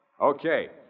Okay